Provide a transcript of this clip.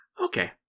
Okay